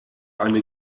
eine